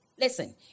listen